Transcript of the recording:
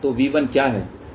तो V1 क्या है